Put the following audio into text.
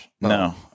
No